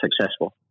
successful